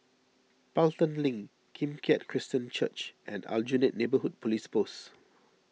Pelton Link Kim Keat Christian Church and Aljunied Neighbourhood Police Post